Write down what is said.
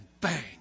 bang